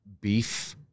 beef